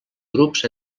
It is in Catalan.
grups